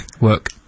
Work